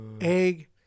egg